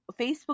Facebook